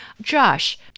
Josh